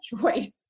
choice